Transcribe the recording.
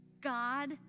God